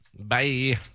Bye